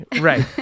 Right